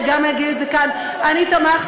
ואני אגיד את זה גם: אני תמכתי,